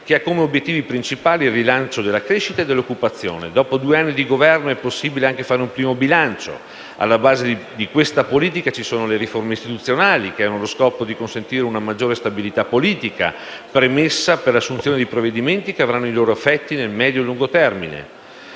che ha come obiettivi principali il rilancio della crescita e dell'occupazione. Dopo due anni di Governo è possibile fare un primo bilancio. Alla base di questa politica ci sono le riforme istituzionali, che hanno lo scopo di consentire una maggiore stabilità politica, premessa per l'assunzione di provvedimenti che avranno i loro effetti nel medio e lungo termine.